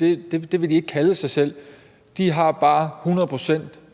det vil de ikke kalde sig selv. De har bare 100 pct.